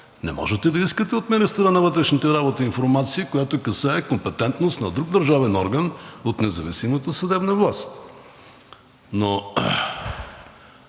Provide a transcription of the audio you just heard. Не можете да искате от министъра на вътрешните работи информация, която касае компетентност на друг държавен орган от независимата съдебна власт.